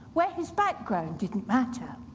where his background didn't matter.